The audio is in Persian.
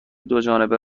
دوجانبه